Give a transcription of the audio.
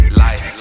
life